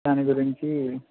దాని గురించి